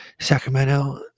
Sacramento